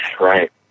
right